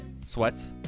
sweats